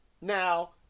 Now